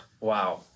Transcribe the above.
Wow